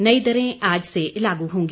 नई दरें आज से लागू होंगी